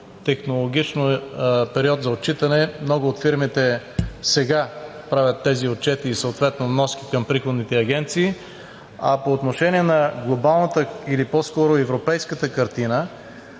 технологичен период за отчитане, много от фирмите сега правят тези отчети и съответно вноските към приходните агенции. А по отношение на глобалната или по-скоро европейската картина,